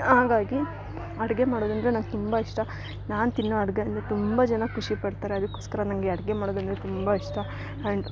ಹಂಗಾಗಿ ಅಡಿಗೆ ಮಾಡೋದು ಅಂದರೆ ನಂಗೆ ತುಂಬ ಇಷ್ಟ ನಾನು ತಿನ್ನೋ ಅಡಿಗೆ ಅಂದ್ರೆ ತುಂಬ ಜನ ಖುಷಿ ಪಡ್ತಾರೆ ಅದುಕೋಸ್ಕರ ನಂಗೆ ಅಡಿಗೆ ಮಾಡೋದಂದ್ರೆ ತುಂಬ ಇಷ್ಟ ಆ್ಯಂಡ್